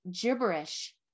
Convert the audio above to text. gibberish